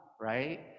right